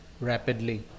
rapidly